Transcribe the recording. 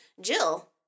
Jill